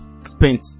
spent